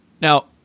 now